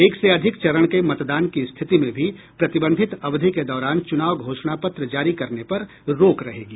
एक से अधिक चरण के मतदान की स्थिति में भी प्रतिबंधित अवधि के दौरान चुनाव घोषणा पत्र जारी करने पर रोक रहेगी